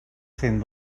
cent